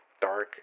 dark